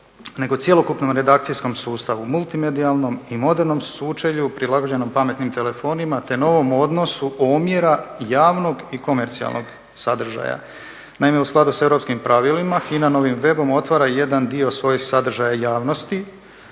nego cjelokupnom redakcijskom sustavu, multimedijalnom i modernom sučelju prilagođenom pametnim telefonima te novom odnosu omjera javnog i komercijalnog sadržaja. Naime, u skladu s europskim pravilima HINA novim webom otvara i jedan dio svojih sadržaja javnosti,